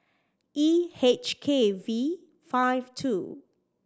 E H K V five two